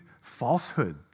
falsehood